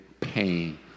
pain